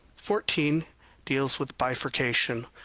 fourteen deals with bifurcation.